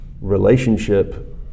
relationship